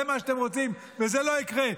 תסתכל איך המשטרה נראית.